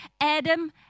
Adam